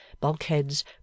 bulkheads